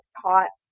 taught